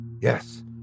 Yes